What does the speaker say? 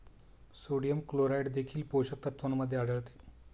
sodium chloride देखील पोषक तत्वांमध्ये आढळते